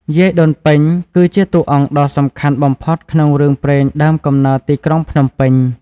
យាយដូនពេញ គឺជាតួអង្គដ៏សំខាន់បំផុតក្នុងរឿងព្រេងដើមកំណើតទីក្រុងភ្នំពេញ។